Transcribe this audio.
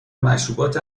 مشروبات